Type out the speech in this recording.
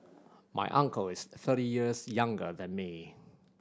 my uncle is thirty years younger than me